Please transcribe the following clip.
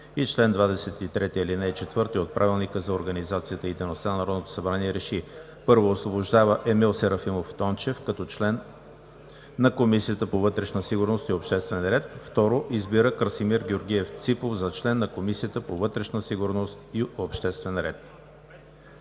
и чл. 23, ал. 4 от Правилника за организацията и дейността на Народното събрание РЕШИ: 1. Освобождава Емил Серафимов Тончев като член на Комисията по вътрешна сигурност и обществен ред. 2. Избира Красимир Георгиев Ципов за член на Комисията по вътрешна сигурност и обществен ред.“